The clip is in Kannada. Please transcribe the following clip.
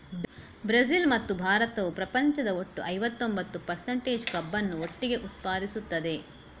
ಬ್ರೆಜಿಲ್ ಮತ್ತು ಭಾರತವು ಪ್ರಪಂಚದ ಒಟ್ಟು ಐವತ್ತೊಂಬತ್ತು ಪರ್ಸಂಟೇಜ್ ಕಬ್ಬನ್ನು ಒಟ್ಟಿಗೆ ಉತ್ಪಾದಿಸುತ್ತದೆ